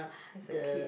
as a kid